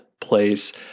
place